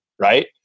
right